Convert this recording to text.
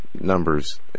numbers